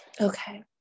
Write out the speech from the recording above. Okay